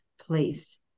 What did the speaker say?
place